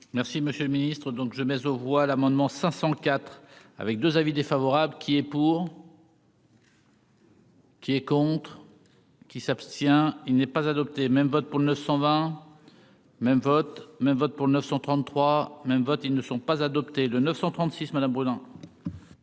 Merci, monsieur le Ministre, donc je mais aux voix l'amendement 500 IV avec 2 avis défavorables. Qui est pour. Qui est contre. Qui s'abstient, il n'est pas adopté même vote pour ne s'en va même vote même vote pour 933 même vote, ils ne sont pas adoptés le 936 madame brûlant.